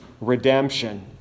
redemption